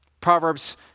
Proverbs